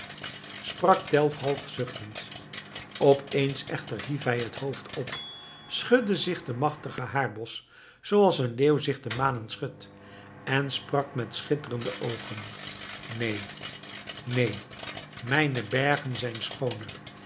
sprak tell half zuchtend opeens echter hief hij het hoofd op schudde zich den machtigen haarbos zooals een leeuw zich de manen schudt en sprak met schitterende oogen neen neen mijne bergen zijn schooner